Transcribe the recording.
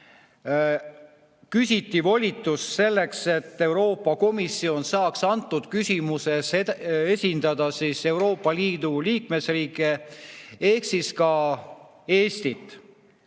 küsiti volitust selleks, et Euroopa Komisjon saaks antud küsimuses esindada Euroopa Liidu liikmesriike ehk ka Eestit.